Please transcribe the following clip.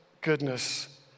goodness